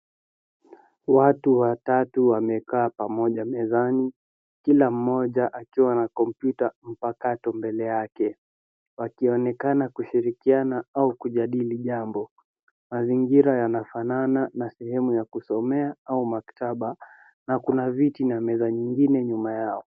Watu watatu wamekaa pamoja mezani, kila mmoja akiwa na kompyuta mpakato mbele yake, wakionekana kushirikiana au kujadili jambo. Mazingira yanafanana na sehemu ya kusomea au maktaba, na kuna viti na meza nyingine nyuma yao.